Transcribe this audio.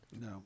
No